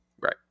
Right